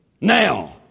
Now